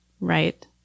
Right